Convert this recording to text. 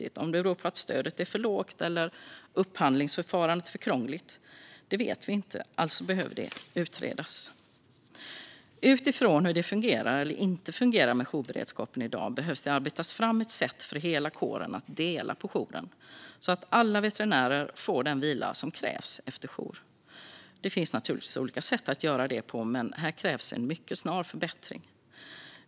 Vi vet inte om det beror på att stödet är för lågt, att upphandlingsförfarandet är för krångligt eller något annat. Alltså behöver det utredas. Utifrån hur det fungerar - eller inte fungerar - med jourberedskapen i dag behöver det arbetas fram ett sätt för hela kåren att dela på jouren, så att alla veterinärer får den vila som krävs efter jour. Det finns naturligtvis olika sätt att göra det, men här krävs en mycket snar förbättring.